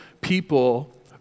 people